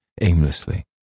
aimlessly